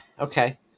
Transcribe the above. okay